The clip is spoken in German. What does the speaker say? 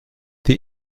die